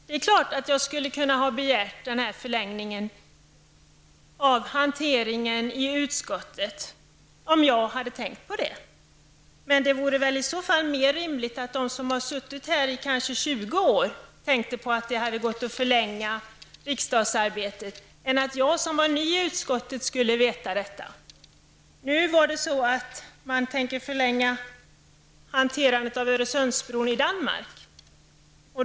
Det är klart att jag i utskottet skulle ha kunnat begära den här förlängningen av hanteringen, om jag hade tänkt på det. Men vore det väl i så fall mer rimligt att de som suttit här i kanske 20 år hade tänkt på att det hade gått att förlänga riksdagsarbetet än att jag, som var ny i utskottet, skulle veta detta. Nu var det så att man tänker förlänga hanterandet av Öresundsbron i Danmark.